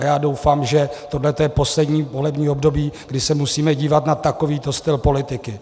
A já doufám, že tohle je poslední volební období, kdy se musíme dívat na takovýto styl politiky.